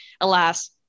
Alas